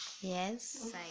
Yes